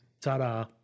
Ta-da